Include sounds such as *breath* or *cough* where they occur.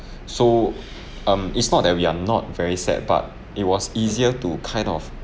*breath* so um it's not that we are not very sad but it was easier to kind of